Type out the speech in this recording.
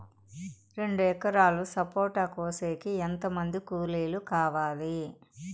రెండు ఎకరాలు సపోట కోసేకి ఎంత మంది కూలీలు కావాలి?